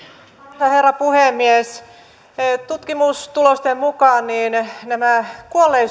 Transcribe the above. arvoisa herra puhemies tutkimustulosten mukaan nämä